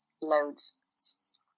loads